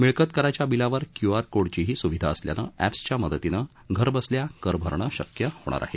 मिळकत कराच्या बिलावर क्यूआर कोडचीही स्विधा असल्याने ऍप्सच्या मदतीने घरबसल्या कर भरणं शक्य होणार आहे